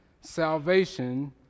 salvation